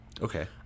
Okay